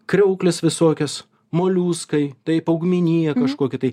kriauklės visokias moliuskai taip augmenija kažkokia tai